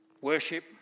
worship